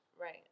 Right